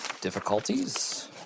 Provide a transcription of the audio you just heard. difficulties